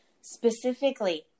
specifically